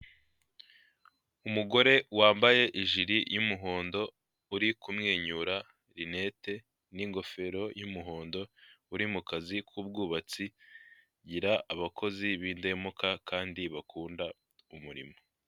Umugore wambaye ijiri y'umuhondo uri kumwenyura linete n'ingofero y'umuhondo uri mu kazi k'ubwubatsi agira abakozi b'indahemuka kandi bakunda umurimo.